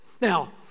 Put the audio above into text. Now